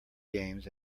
games